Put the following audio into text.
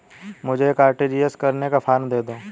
मुझे एक आर.टी.जी.एस करने का फारम दे दो?